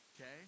okay